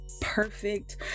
perfect